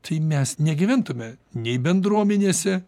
tai mes negyventume nei bendruomenėse